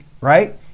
right